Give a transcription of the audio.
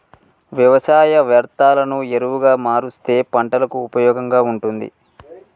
వ్యవసాయ వ్యర్ధాలను ఎరువుగా మారుస్తే పంటలకు ఉపయోగంగా ఉంటుంది